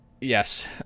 Yes